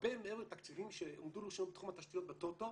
הרבה מעבר לתקציבים שהועמדו בתחום התשתיות בטוטו,